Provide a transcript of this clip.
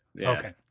Okay